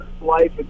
life